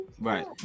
Right